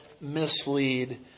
mislead